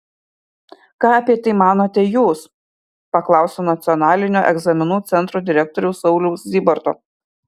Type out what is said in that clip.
ką apie tai manote jūs paklausiau nacionalinio egzaminų centro direktoriaus sauliaus zybarto